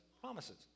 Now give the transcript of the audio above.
promises